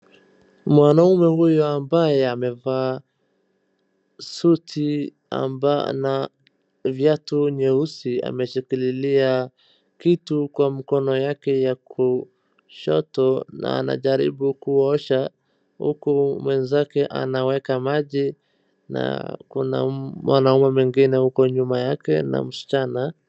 Mwanamume huyu ambaye amevaa suti na viatu nyeusi ameshikililia kitu kwa mkono yake ya kushoto na anajaribu kuosha huku mwenzake anaweka maji na kuna mwanamume mwengine huko nyuma yake na msichana.